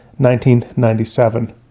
1997